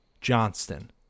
Johnston